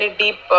deep